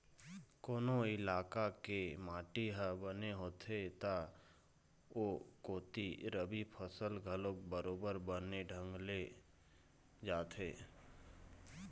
कोनो इलाका के माटी ह बने होथे त ओ कोती रबि फसल घलोक बरोबर बने ढंग के ले जाथे